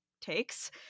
takes